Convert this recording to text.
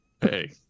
Hey